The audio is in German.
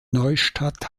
neustadt